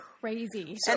crazy